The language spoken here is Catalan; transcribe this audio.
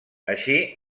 així